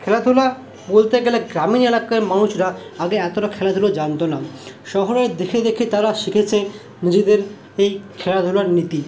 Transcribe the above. খেলা ধুলো বলতে গেলে গ্রামীণ এলাকার মানুষরা আগে এতোটা খেলা ধুলো জানতো না শহরের দেখে দেখে তারা শিখেছে নিজেদের এই খেলা ধুলোর নীতি